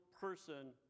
person